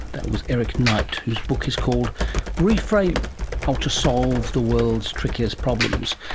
that was eric knight, whose book is called reframe how to solve the world's trickiest problems,